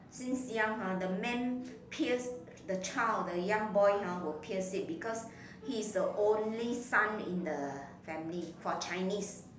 since young ah the men pierce the child the young boy ah will pierce it because he's the only son in the family for chinese